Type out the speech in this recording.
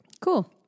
Cool